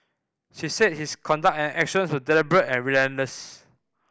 she said his conduct and actions were deliberate and relentless